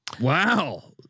Wow